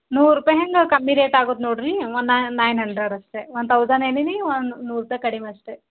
ನೂರು ರೂಪಾಯಿ ಹ್ಯಾಂಗೆ ಕಮ್ಮಿ ರೇಟ್ ಆಗುದು ನೋಡಿರಿ ಒಂದು ನೈನ್ ಹಂಡ್ರೆಡ್ ಅಷ್ಟೇ ಒನ್ ತೌಸಂಡ್ ಹೇಳಿನಿ ಒಂದು ನೂರು ರೂಪಾಯಿ ಕಡಿಮೆ ಅಷ್ಟೇ